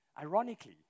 ironically